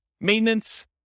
maintenance